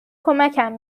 کمکم